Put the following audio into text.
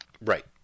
Right